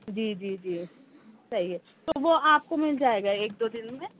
جی جی جی صحیح ہے تو وہ آپ کو مِل جائے گا ایک دو دِن میں